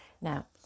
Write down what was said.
now